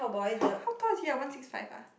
how how tall is he ah one six five ah